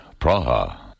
Praha